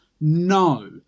no